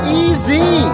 easy